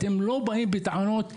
אתם לא באים בטענות,